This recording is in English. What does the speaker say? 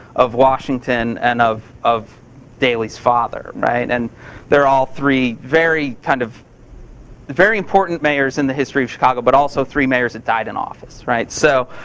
of washington, and of of daley's father, right. and they're all three very kind of very important mayors in the history of chicago, but also three mayors that died in office, right. so,